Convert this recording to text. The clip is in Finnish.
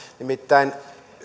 nimittäin